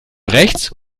rechts